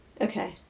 Okay